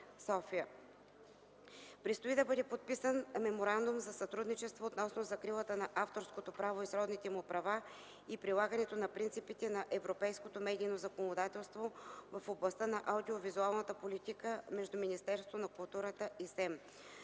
Предстои да бъде подписан Меморандум за сътрудничество относно закрилата на авторското право и сродните му права и прилагането на принципите на европейското медийно законодателство в областта на аудио-визуалната политика между Министерството на културата и СЕМ.